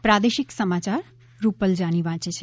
પ્રાદેશિક સમાચાર રૂપલ જાની વાંચે છે